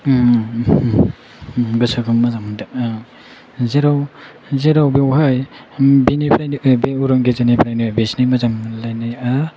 गोसोखौ मोजां मोनदों जेराव बेयावहाय बेनिफ्रायनो बे अरन गेजेरनिफ्रायनो बिसोरनि मोजां मोनलायनाया